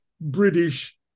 british